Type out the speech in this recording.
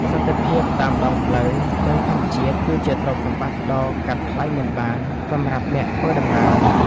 សន្តិភាពតាមដងផ្លូវ និងធម្មជាតិ គឺជាទ្រព្យសម្បត្តិដ៏កាត់ថ្លៃមិនបានសម្រាប់អ្នកធ្វើដំណើរ។